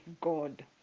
god